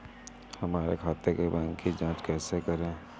हमारे खाते के बैंक की जाँच कैसे करें?